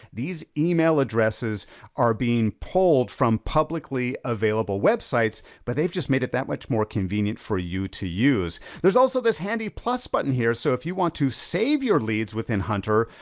these email addresses are being pulled from publicly available websites, but they've just made it that much more convenient for you to use. there's also this handy plus button here, so if you want to save your leads within hunter,